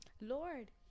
Lord